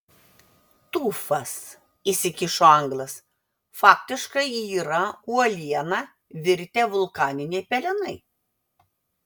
tufas įsikišo anglas faktiškai yra uoliena virtę vulkaniniai pelenai